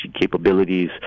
capabilities